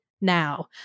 now